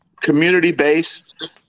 community-based